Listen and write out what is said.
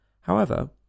However